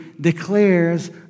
declares